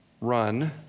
run